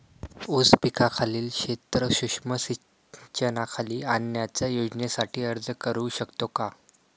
ऊस पिकाखालील क्षेत्र सूक्ष्म सिंचनाखाली आणण्याच्या योजनेसाठी अर्ज करू शकतो का?